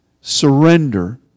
surrender